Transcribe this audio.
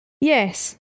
Yes